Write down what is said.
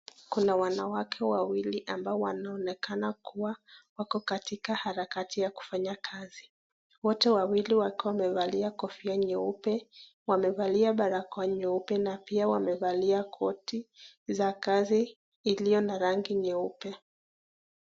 Kuna wanawake wawili ambao wanaonekana kuwa wako katika harakati ya kufanya kazi. Wote wawili wakiwa wamevalia kofia nyeupe, wamevalia barakoa nyeupe na pia wamevalia koti za kazi iliyo na rangi nyeupe.